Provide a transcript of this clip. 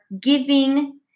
giving